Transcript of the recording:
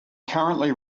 currently